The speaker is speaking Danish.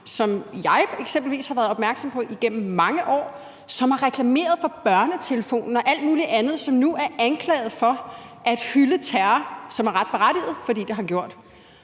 har været opmærksom på igennem mange år, som har reklameret for BørneTelefonen og alt muligt andet, og som nu er anklaget for at hylde terror, og det er ret berettiget, for det har han gjort.